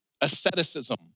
asceticism